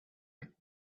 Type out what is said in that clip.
him